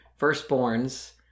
firstborns